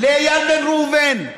לאיל בן ראובן,